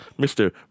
Mr